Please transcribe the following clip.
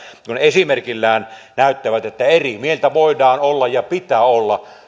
esimerkillään näyttävät että eri mieltä voidaan olla ja pitää olla